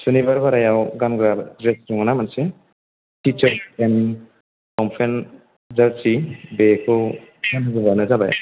सुनिबार बारायाव गानग्रा ड्रेस दं ना मोनसे टि शार्ट पेन्ट लंपेन्ट जारसि बेखौ गानबोब्लानो जाबाय